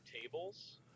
tables